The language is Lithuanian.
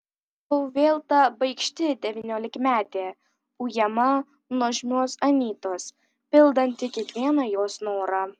buvau vėl ta baikšti devyniolikmetė ujama nuožmios anytos pildanti kiekvieną jos norą